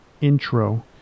intro